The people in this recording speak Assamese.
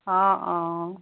অঁ অঁ